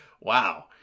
wow